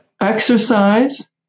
Exercise